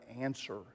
answer